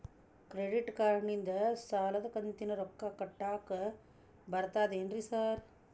Credit ಕಾರ್ಡನಿಂದ ಸಾಲದ ಕಂತಿನ ರೊಕ್ಕಾ ಕಟ್ಟಾಕ್ ಬರ್ತಾದೇನ್ರಿ ಸಾರ್?